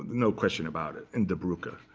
no question about it, in die